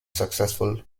successful